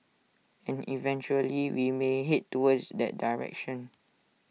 and eventually we may Head towards that direction